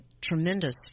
tremendous